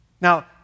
Now